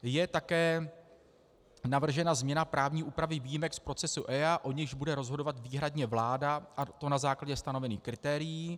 Je také navržena změna právní úpravy výjimek z procesu EIA, o nichž bude rozhodovat výhradně vláda, a to na základě stanovení kritérií.